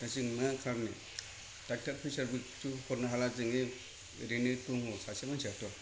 दा जों माखालामनो डक्टर फैसाबोथ' हरनो हाला जोङो ओरैनो दं सासे मानसियाथ'